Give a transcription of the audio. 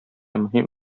мөһим